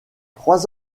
trois